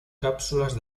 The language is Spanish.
cápsulas